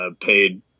paid